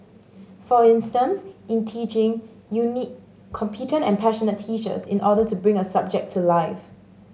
for instance in teaching you need competent and passionate teachers in order to bring a subject to life